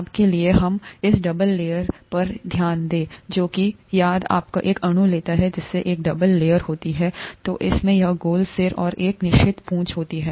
अब के लिए हम इस डबल लेयर पर यहाँ ध्यान दें जो कि यदि आप एक अणु लेते हैं जिसमें एक डबल लेयर होता है तो इसमें यह गोल सिर और एक निश्चित पूंछ होती है